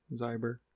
Zyber